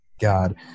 God